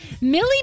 Millie